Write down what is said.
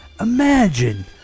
Imagine